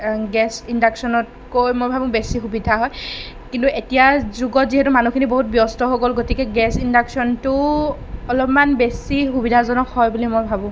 gas ইণ্ডাকশ্যনতকৈ মই ভাবোঁ বেছি সুবিধা হয় কিন্তু এতিয়াৰ যুগত যিহেতু মানুহখিনি বহুত ব্যস্ত হৈ গ'ল গতিকে গেছ ইণ্ডাকশ্যনটো অলপমান বেছি সুবিধাজনক হয় বুলি মই ভাবোঁ